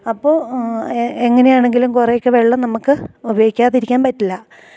അപ്പോൾ എങ്ങനെയാണെങ്കിലും കുറെയൊക്കെ വെള്ളം നമുക്ക് ഉപയോഗിക്കാതിരിക്കാൻ പറ്റില്ല